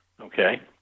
Okay